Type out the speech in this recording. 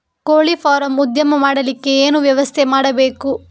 ಕೋಳಿ ಫಾರಂ ಉದ್ಯಮ ಮಾಡಲಿಕ್ಕೆ ಏನು ವ್ಯವಸ್ಥೆ ಮಾಡಬೇಕು?